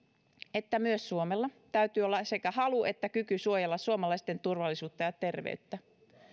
että myös suomella täytyy olla sekä halu että kyky suojella suomalaisten turvallisuutta ja terveyttä